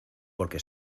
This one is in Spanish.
porque